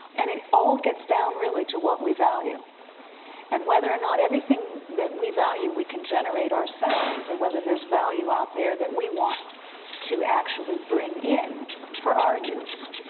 and it all gets down really to what we value and whether or not everything that we value we can generate ourselves or whether there's value out there that we want to actually bring in for our use.